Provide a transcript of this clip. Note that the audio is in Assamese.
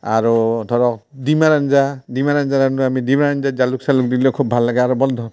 আৰু ধৰক ডিমাৰ আঞ্জা ডিমাৰ আঞ্জা ৰান্ধোঁ আমি ডিমাৰ আঞ্জাত জালুক চালুক দিলে খুব ভাল লাগে আৰু